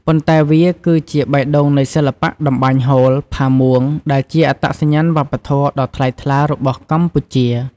ប៉ុន្តែវាគឺជាបេះដូងនៃសិល្បៈតម្បាញហូល ផាមួង ដែលជាអត្តសញ្ញាណវប្បធម៌ដ៏ថ្លៃថ្លារបស់កម្ពុជា។